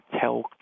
tell